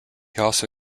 also